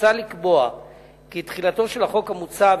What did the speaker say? מוצע לקבוע כי תחילתו של החוק המוצע,